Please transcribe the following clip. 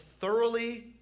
thoroughly